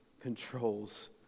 controls